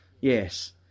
Yes